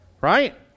right